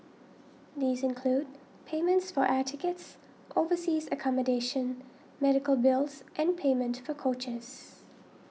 these include payments for air tickets overseas accommodation medical bills and payment for coaches